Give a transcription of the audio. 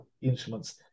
instruments